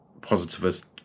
positivist